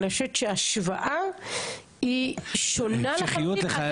אבל אני חושבת שהשוואה היא שונה לחלוטין.